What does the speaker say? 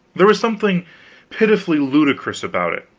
there was something pitifully ludicrous about it.